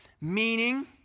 meaning